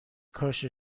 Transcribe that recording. کاش